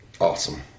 Awesome